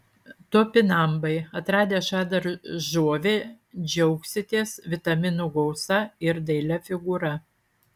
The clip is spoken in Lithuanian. topinambai atradę šią daržovę džiaugsitės vitaminų gausa ir dailia figūra